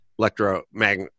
electromagnet